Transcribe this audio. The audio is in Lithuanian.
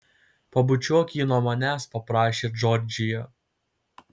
pabučiuok jį nuo manęs paprašė džordžija